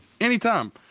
Anytime